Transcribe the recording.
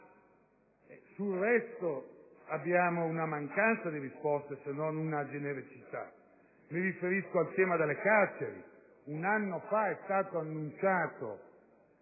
sul resto osserviamo una mancanza di risposte, se non una genericità. Mi riferisco ad esempio al tema delle carceri. Un anno fa è stata annunciata